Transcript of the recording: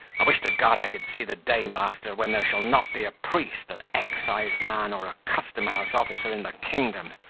i wish to god i could see the day, master, when there shall not be a priest, an exciseman, or a custom-house officer in the kingdom.